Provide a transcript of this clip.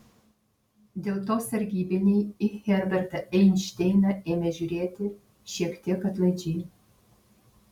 dėl to sargybiniai į herbertą einšteiną ėmė žiūrėti šiek tiek atlaidžiai